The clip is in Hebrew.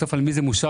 בסוף על מי זה מושת?